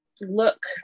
look